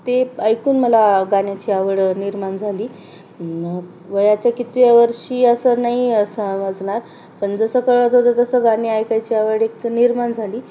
ते ऐकून मला गाण्याची आवड निर्माण झाली वयाच्या कितव्या वर्षी असं नाही असं वाजणार पण जसं कळत होतं तसं गाणी ऐकायची आवड एक निर्माण झाली